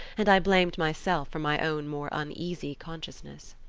and i blamed myself for my own more uneasy consciousness.